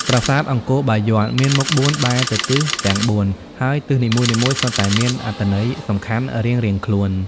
ប្រាសាទអង្គរបាយ័នមានមុខបួនបែរទៅទិសទាំងបួន ហើយទិសនីមួយៗសុទ្ធតែមានអត្ថន័យសំខាន់រៀងៗខ្លួន។